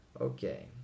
Okay